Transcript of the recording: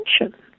attention